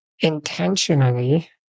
intentionally